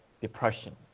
depression